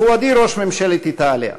מכובדי ראש ממשלת איטליה,